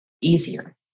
easier